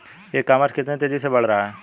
ई commerce कितनी तेजी से बढ़ रहा है?